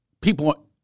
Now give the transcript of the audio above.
People